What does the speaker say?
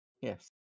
Yes